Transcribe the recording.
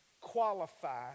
qualify